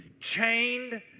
chained